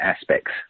aspects